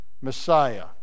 messiah